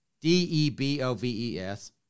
D-E-B-O-V-E-S